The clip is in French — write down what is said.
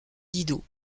didot